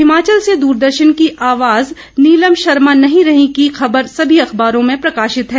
हिमाचल से दूरदर्शन की आवाज नीलम शर्मा नहीं रही की खबर सभी अखबारों में प्रकशित है